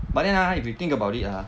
but then ah if you think about it ah